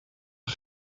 het